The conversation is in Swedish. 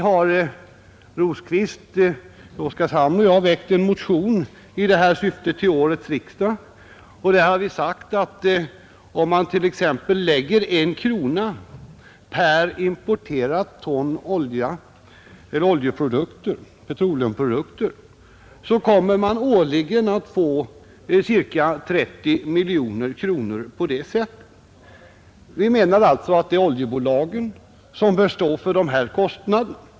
Herr Rosqvist från Oskarshamn och jag har väckt en motion i detta syfte till årets riksdag, och där har vi bl.a. visat att om man t.ex. avsätter I krona per importerat ton petroleumprodukter, så kommer man årligen att få ca 30 miljoner kronor som kan avsättas till en oljeskadefond. Vi menar alltså att det är oljebolagen som bör stå för dessa kostnader.